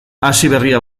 hasiberria